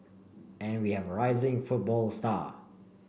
and we have a rising football star